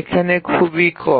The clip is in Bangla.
এখানে খুবই কম